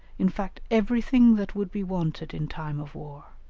in fact everything that would be wanted in time of war